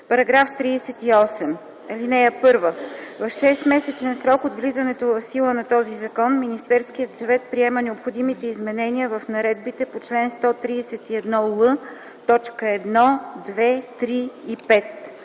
„§ 38. (1) В шестмесечен срок от влизането в сила на този закон Министерският съвет приема необходимите изменения в наредбите по чл. 131л, т. 1, 2, 3 и 5.